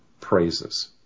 praises